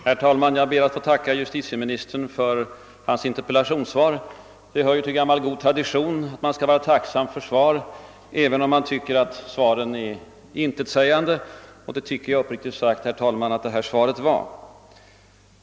Herr talman! Jag ber att få tacka justitieministern för interpellationssvaret. Det hör ju till gammal god tradition att vara tacksam för svar, även om man tycker att svaren är intetsägande, och det tycker jag uppriktigt sagt, herr talman, att detta svar var.